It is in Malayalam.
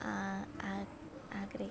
ആഗ്രഹിക്കുന്നു